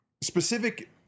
specific